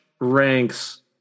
ranks